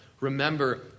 Remember